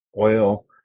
oil